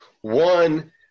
One